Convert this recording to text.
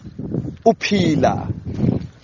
upila